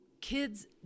kids